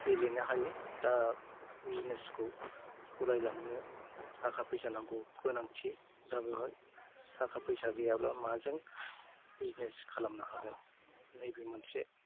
गेलेनो हायो दा बिजनेसखौ सालायलांनो थाखा फैसा नांगौ गोनांथि दा बेवहाय थाखा फैसा गैयाब्ला माजों बिजनेस खालामनो हागोन नैबे मोनसे